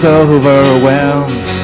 overwhelmed